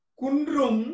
kundrum